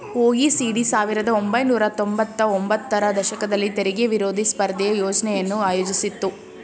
OECD ಸಾವಿರದ ಒಂಬೈನೂರ ತೊಂಬತ್ತ ಒಂಬತ್ತರ ದಶಕದಲ್ಲಿ ತೆರಿಗೆ ವಿರೋಧಿ ಸ್ಪರ್ಧೆಯ ಯೋಜ್ನೆಯನ್ನು ಆಯೋಜಿಸಿತ್ತು